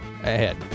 ahead